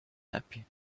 happy